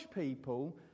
people